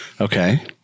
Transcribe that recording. Okay